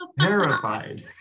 terrified